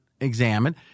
examined